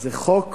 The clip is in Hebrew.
זה חוק